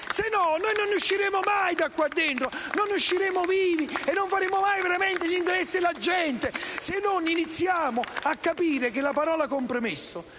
altrimenti non usciremo mai vivi da qua dentro. Non usciremo vivi e non faremo mai veramente gli interessi della gente se non iniziamo a capire che la parola compromesso